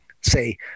say